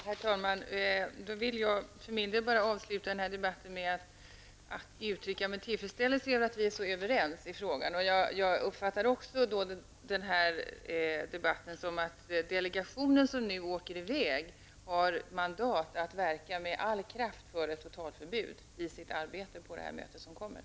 Herr talman! Jag vill för min del avsluta debatten med att uttrycka min tillfredsställelse över att vi är så överens i frågan. Jag uppfattar debatten som att delegationen som åker i väg har mandat att i sitt arbete på mötet med all kraft verka för ett totalförbud.